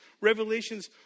Revelations